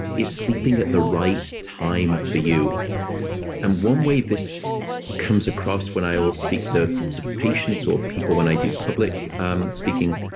is sleeping at the right time for you and one way this comes across when i always speak to sort of patients or people when i do public um speaking,